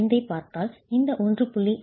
5ஐப் பார்த்தால் இந்த 1